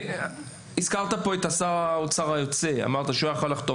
הזכרת את שר האוצר היוצא שיכל היה לחתום.